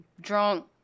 drunk